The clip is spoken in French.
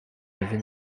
avez